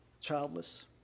childless